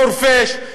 חורפיש,